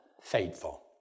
faithful